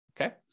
Okay